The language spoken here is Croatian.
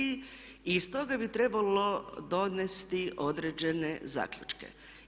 I iz toga bi trebalo donijeti određene zaključke.